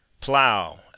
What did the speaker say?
Plow